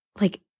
like-